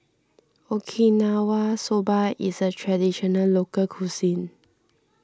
Okinawa Soba is a Traditional Local Cuisine